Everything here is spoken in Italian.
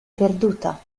perduta